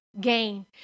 gain